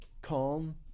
Calm